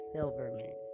Silverman